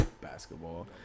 Basketball